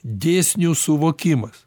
dėsnių suvokimas